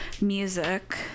music